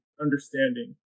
understanding